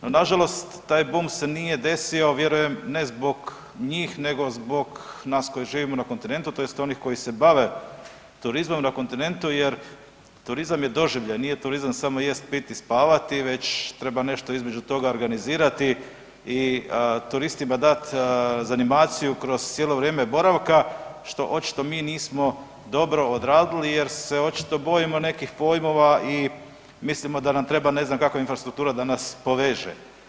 No, nažalost taj bum se nije desio vjerujem ne zbog njih nego zbog nas koji živimo na kontinentu tj. onih koji se bave turizmom na kontinentu jer turizam je doživljaj, nije turizam samo jesti, piti i spavati već treba nešto između toga organizirati i turistima dati zanimaciju kroz cijelo vrijeme boravka što očito mi nismo dobro odradili jer se očito bojimo nekih pojmova i mislimo da nam treba ne znam kakva infrastruktura da nas poveže.